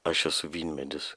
aš esu vynmedis